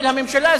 של הממשלה,